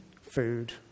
food